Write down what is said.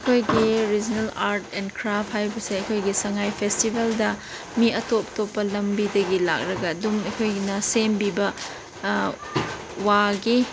ꯑꯩꯈꯣꯏꯒꯤ regional art and craft ꯍꯥꯏꯕꯁꯦ ꯑꯩꯈꯣꯏꯒꯤ ꯁꯉꯥꯏ ꯐꯦꯁꯇꯤꯚꯦꯜꯗ ꯃꯤ ꯑꯇꯣꯞ ꯑꯇꯣꯞꯄ ꯂꯝꯕꯤꯗꯒꯤ ꯂꯥꯛꯂꯒ ꯑꯗꯨꯝ ꯑꯩꯈꯣꯏꯒꯤꯅ ꯁꯦꯝꯕꯤꯕ ꯋꯥꯒꯤ